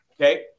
okay